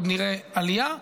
עוד נראה עליה,